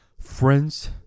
friends